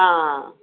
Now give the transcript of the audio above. ਹਾਂ